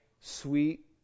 Sweet